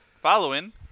following